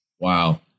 Wow